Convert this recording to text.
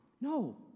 No